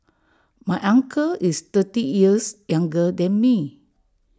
my uncle is thirty years younger than me